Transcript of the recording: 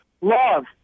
Love